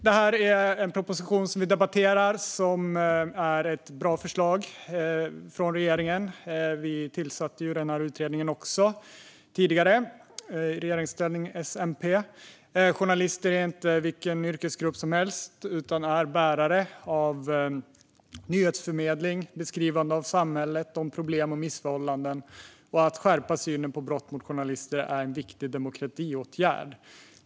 Den proposition vi debatterar innehåller bra förslag från regeringen. SMP-regeringen tillsatte ju utredningen. Journalister är inte vilken yrkesgrupp som helst, utan de är nyhetsförmedlare och beskriver samhället med dess problem och missförhållanden. Att skärpa synen på brott mot journalister är en viktig demokratiåtgärd.